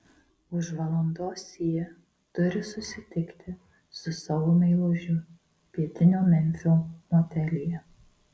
už valandos ji turi susitikti su savo meilužiu pietinio memfio motelyje